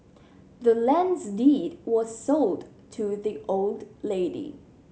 the land's deed was sold to the old lady